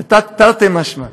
אז זה תרתי משמע,